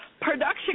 production